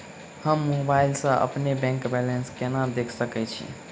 हम मोबाइल सा अपने बैंक बैलेंस केना देख सकैत छी?